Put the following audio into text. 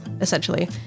essentially